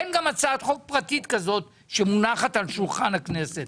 אין גם הצעת חוק פרטית כזאת שמונחת על שולחן הכנסת.